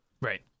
Right